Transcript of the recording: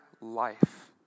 life